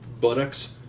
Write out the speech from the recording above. buttocks